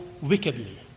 wickedly